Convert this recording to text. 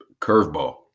curveball